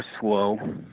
slow